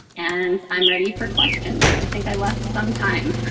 and i'm ready for questions. i think i left some time